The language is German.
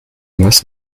was